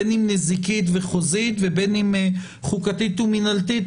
בין אם נזיקית וחוזית ובין אם חוקתית ומנהלתית,